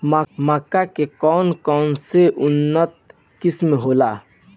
मक्का के कौन कौनसे उन्नत किस्म होला?